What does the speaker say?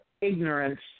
ignorance